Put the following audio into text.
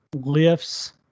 lifts